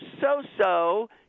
so-so